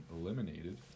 eliminated